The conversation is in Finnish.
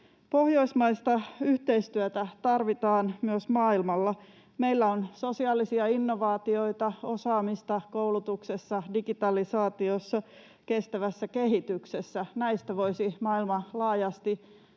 Pohjoismaista yhteistyötä tarvitaan myös maailmalla. Meillä on sosiaalisia innovaatioita, osaamista koulutuksessa, digitalisaatiossa, kestävässä kehityksessä. Näistä voisi maailma laajasti,